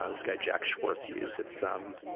ah this guy jack schwarz used. it's, um,